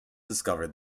discovered